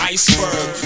Iceberg